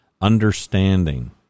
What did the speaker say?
understanding